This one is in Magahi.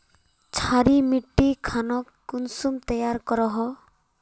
क्षारी मिट्टी खानोक कुंसम तैयार करोहो?